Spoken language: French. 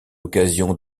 occasion